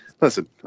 Listen